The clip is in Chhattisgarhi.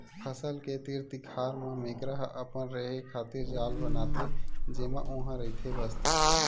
फसल के तीर तिखार म मेकरा ह अपन रेहे खातिर जाल बनाथे जेमा ओहा रहिथे बसथे